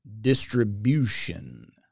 distribution